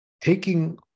taking